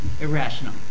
Irrational